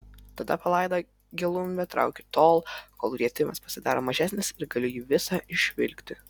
tada palaidą gelumbę traukiu tol kol rietimas pasidaro mažesnis ir galiu jį visą išvilkti